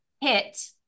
hit